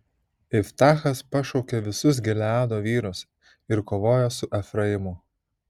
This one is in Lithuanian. iftachas pašaukė visus gileado vyrus ir kovojo su efraimu